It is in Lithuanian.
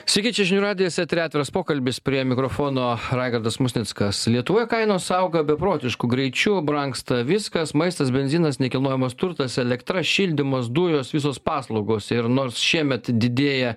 sveiki čia žinių radijas etery atviras pokalbis prie mikrofono raigardas musnickas lietuvoje kainos auga beprotišku greičiu brangsta viskas maistas benzinas nekilnojamas turtas elektra šildymas dujos visos paslaugos ir nors šiemet didėja